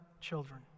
children